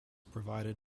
provided